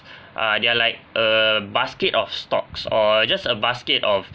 uh they're like a basket of stocks or just a basket of